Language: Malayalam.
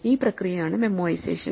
ഈ പ്രക്രിയയാണ് മെമ്മോഐസേഷൻ